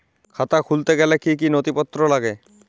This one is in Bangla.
খাতা খুলতে গেলে কি কি নথিপত্র লাগে?